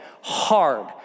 hard